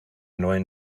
neuen